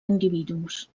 individus